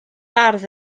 ardd